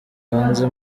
hanze